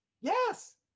yes